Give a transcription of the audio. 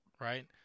Right